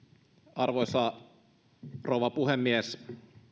arvoisa rouva puhemies